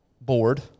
board